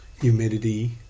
humidity